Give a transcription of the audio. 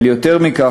אבל יותר מכך,